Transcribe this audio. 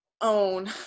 own